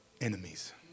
enemies